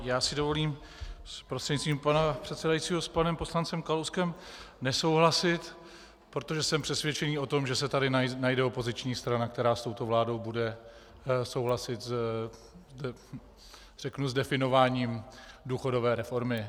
Já si dovolím prostřednictvím pana předsedajícího s panem poslancem Kalouskem nesouhlasit, protože jsem přesvědčený o tom, že se tady najde opoziční strana, která s touto vládou bude souhlasit, řeknu, s definováním důchodové reformy.